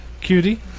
Cutie